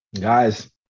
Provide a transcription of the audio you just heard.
guys